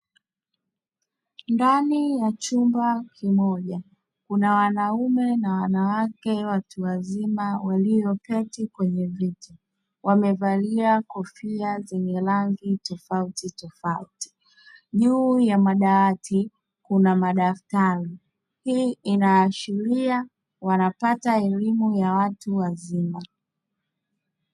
Ndani ya chumba kimoja kuna wanaume na wanawake, watu wazima, walioketi kwenye viti, wamevalia kofia zenye rangi tofauti-tofauti; kuna madaktari, hii inaashiria wanapata elimu ya watu wazima.